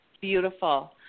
beautiful